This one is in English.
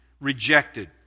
rejected